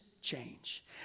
change